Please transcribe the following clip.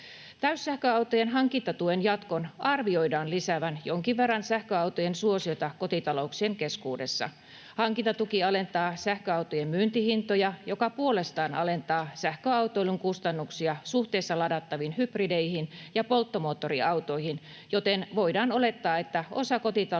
Täyssähköautojen hankintatuen jatkon arvioidaan lisäävän jonkin verran sähköautojen suosiota kotitalouksien keskuudessa. Hankintatuki alentaa sähköautojen myyntihintoja, mikä puolestaan alentaa sähköautoilun kustannuksia suhteessa ladattaviin hybrideihin ja polttomoottoriautoihin, joten voidaan olettaa, että osa kotitalouksista